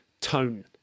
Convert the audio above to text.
tone